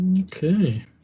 Okay